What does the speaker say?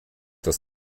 dass